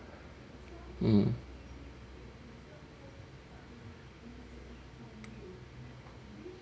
mm